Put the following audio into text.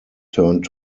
turned